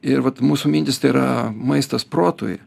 ir vat mūsų mintys tai yra maistas protui